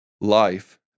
Life